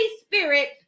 Spirit